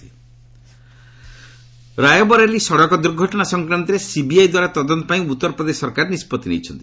ଉନ୍ନାଓ ରାୟବରେଲି ସଡ଼କ ଦୁର୍ଘଟଣା ସଂକ୍ରାନ୍ତରେ ସିବିଆଇ ଦ୍ୱାରା ତଦନ୍ତ ପାଇଁ ଉତ୍ତରପ୍ରଦେଶ ସରକାର ନିଷ୍ପଭି ନେଇଛନ୍ତି